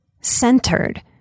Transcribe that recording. centered